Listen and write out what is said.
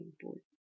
important